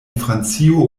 francio